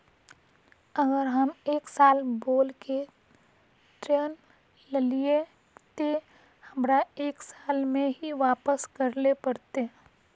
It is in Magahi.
अगर हम एक साल बोल के ऋण लालिये ते हमरा एक साल में ही वापस करले पड़ते?